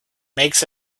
makes